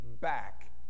back